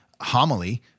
homily